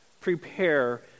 prepare